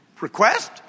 request